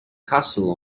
castle